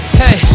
hey